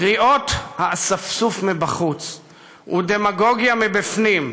קריאות האספסוף מבחוץ ודמגוגיה מבפנים,